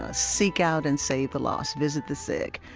ah seek out and save the lost. visit the sick.